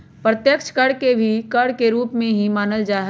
अप्रत्यक्ष कर के भी कर के एक रूप ही मानल जाहई